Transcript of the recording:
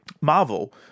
marvel